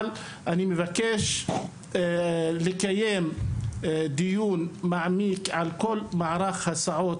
אבל אני מבקש לקיים דיון מעמיק על כל מערך ההסעות